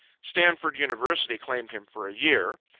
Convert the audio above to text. stanford university claimed him for a year.